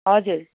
हजुर